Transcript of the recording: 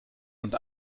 und